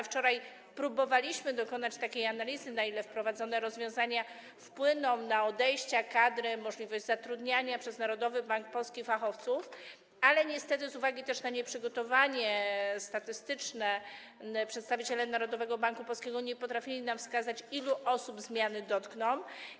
Wczoraj próbowaliśmy dokonać analizy, na ile wprowadzone rozwiązania wpłyną na odejścia kadry i możliwość zatrudniania przez Narodowy Bank Polski fachowców, ale niestety, też z uwagi na nieprzygotowanie statystyczne, przedstawiciele Narodowego Banku Polskiego nie potrafili nam wskazać, ilu osób zmiany dotkną.